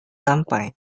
sampai